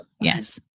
yes